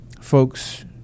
folks